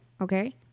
Okay